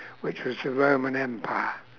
which was the roman empire